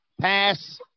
Pass